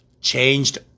changed